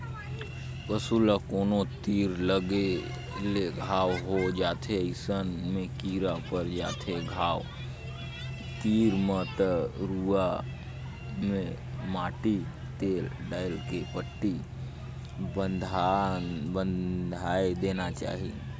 पसू ल कोनो तीर लगे ले घांव हो जाथे अइसन में कीरा पर जाथे घाव तीर म त रुआ में माटी तेल डायल के पट्टी बायन्ध देना चाही